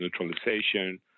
neutralization